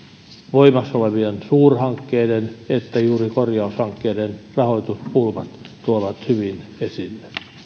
voimassa olevien suurhankkeiden että juuri korjaushankkeiden rahoituspulmat tuovat hyvin esille